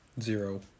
Zero